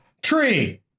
Tree